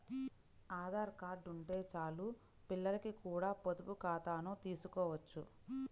Aadhaar card ఉంటే చాలు పిల్లలకి కూడా పొదుపు ఖాతాను తీసుకోవచ్చు